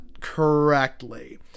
correctly